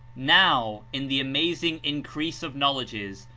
now, in the amazing increase of knowledges,